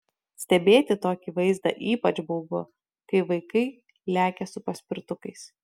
stebėti tokį vaizdą ypač baugu kai vaikai lekia su paspirtukais